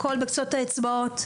הכול בקצות האצבעות,